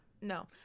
No